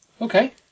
Okay